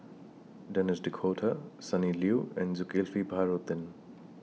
Denis D'Cotta Sonny Liew and Zulkifli Baharudin